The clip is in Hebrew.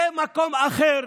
זה מקום אחר,